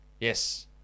Yes